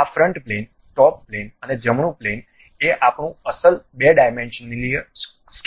આ front plane top plane અને જમણું પ્લેન એ આપણું અસલ બે ડાયમેન્શનીય સ્કેચ નથી